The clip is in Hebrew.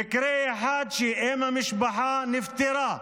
במקרה אחד אם המשפחה נפטרה,